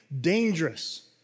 dangerous